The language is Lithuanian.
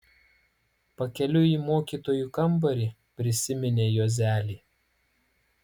pakeliui į mokytojų kambarį prisiminė juozelį